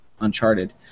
Uncharted